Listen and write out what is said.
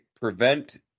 prevent –